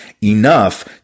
enough